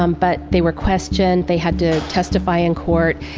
um but they were questioned, they had to testify in court,